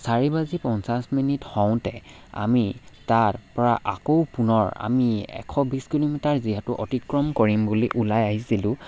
চাৰি বাজি পঞ্চাছ মিনিট হওঁতে আমি তাৰ পৰা আকৌ পুনৰ আমি এশ বিছ কিলোমিটাৰ যিহেতু অতিক্ৰম কৰিম বুলি ওলাই আহিছিলোঁ